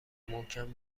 محکم